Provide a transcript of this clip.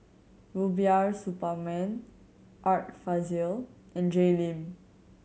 Rubiah Suparman Art Fazil and Jay Lim